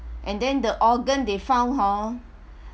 and then the organ they found hor